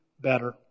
better